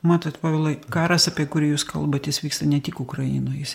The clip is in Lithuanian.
matot povilai karas apie kurį jūs kalbat jis vyksta ne tik ukrainoj jis